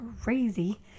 crazy